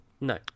no